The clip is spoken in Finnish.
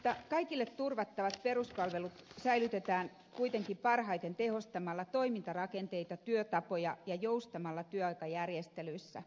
mutta kaikille turvattavat peruspalvelut säilytetään kuitenkin parhaiten tehostamalla toimintarakenteita työtapoja ja joustamalla työaikajärjestelyissä